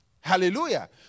Hallelujah